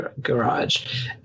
garage